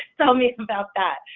tell me about that.